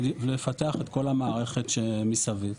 ולפתח את כל המערכת שמסביב.